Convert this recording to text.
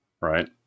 right